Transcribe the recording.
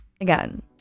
again